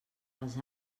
als